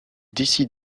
décide